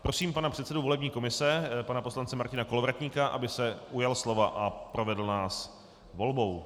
Prosím předsedu volební komise pana poslance Martina Kolovratníka, aby se ujal slova a provedl nás volbou.